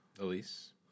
Elise